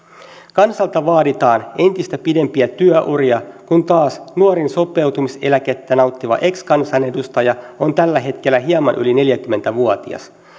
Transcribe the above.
kansalta vaaditaan entistä pidempiä työuria kun taas nuorin sopeutumiseläkettä nauttiva ex kansanedustaja on tällä hetkellä hieman yli neljäkymmentä vuotias